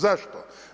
Zašto?